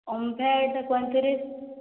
ଓମଫେଡ଼ ପଇଁତିରିଶ